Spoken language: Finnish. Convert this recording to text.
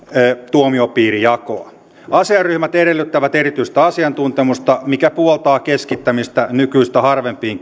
tuomiopiirijakoa asiaryhmät edellyttävät erityistä asiantuntemusta mikä puoltaa keskittämistä nykyistä harvempiin